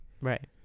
right